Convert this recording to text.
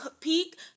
peak